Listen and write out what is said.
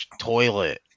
toilet